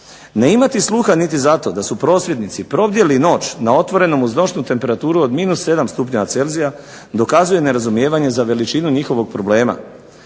Ne imati sluha niti za to da su prosvjednici probdjeli noć na otvorenom, uz noćnu temperaturu od minus 7 stupnjeva celzija dokazuje nerazumijevanje za veličinu njihovog problema,